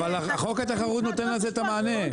אבל חוק התחרות נותן לזה את המענה,